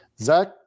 Zach